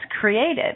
created